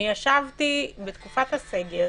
בתקופת הסגר